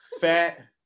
fat